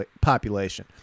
population